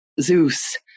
Zeus